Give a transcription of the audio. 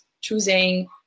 choosing